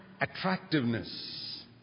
attractiveness